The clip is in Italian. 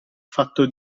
fatto